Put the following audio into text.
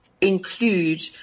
include